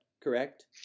correct